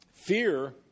Fear